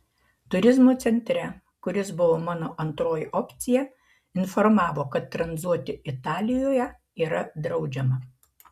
turizmo centre kuris buvo mano antroji opcija informavo kad tranzuoti italijoje yra draudžiama